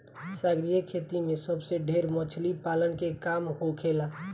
सागरीय खेती में सबसे ढेर मछली पालन के काम होखेला